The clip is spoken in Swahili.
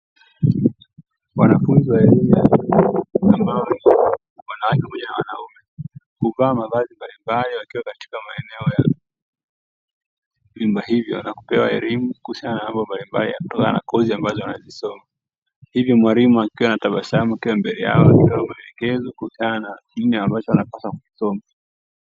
Wanafunzi wa elimu ya juu ambao wanawake pamoja na wanaume, huvaa mavazi mbalimbali wakiwa katika maeneo ya vyumba hivyo na kupewa elimu kuhusiana na mambo mbalimbali kutokana na kozi ambazo wanazisoma, hivyo mwalimu akiwa anatabasamu akiwa mbele yao anatoa maelekezo kuhusiana na nini ambacho wanapaswa kusoma.